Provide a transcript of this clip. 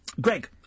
Greg